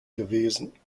gewesen